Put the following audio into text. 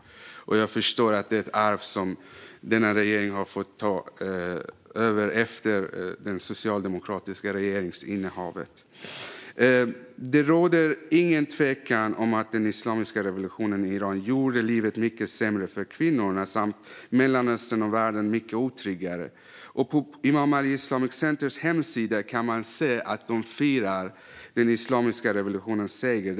Jag förstår att detta är ett arv från det socialdemokratiska regeringsinnehavet. Det råder ingen tvekan om att den islamiska revolutionen i Iran gjorde livet mycket sämre för kvinnorna samt Mellanöstern och världen mycket otryggare. På Imam Ali Islamic Centers hemsida kan man se att de firar den islamiska revolutionens seger.